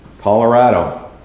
Colorado